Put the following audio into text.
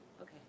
Okay